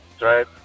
right